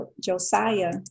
Josiah